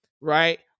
right